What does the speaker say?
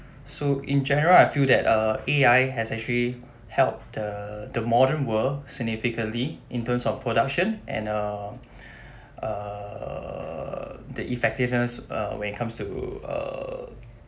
so in general I feel that uh A_I has actually help the the modern world significantly in terms of production and err err the effectiveness uh when it comes to uh